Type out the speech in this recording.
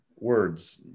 words